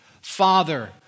Father